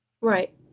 Right